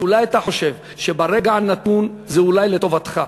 כשאולי אתה חושב שברגע הנתון זה אולי לטובתך,